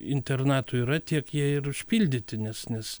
internatų yra tiek jie ir užpildyti nes nes